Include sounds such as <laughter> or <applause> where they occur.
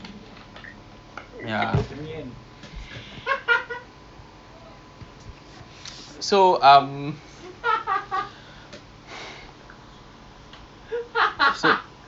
I would think maybe seletar cafe will be good tapi sana makanan dia <noise> tak halal so mana kita boleh makan oh maybe we can eat at seletar airport the mister teh tarik express dia tu mahal ke